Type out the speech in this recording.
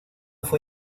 fue